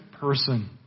person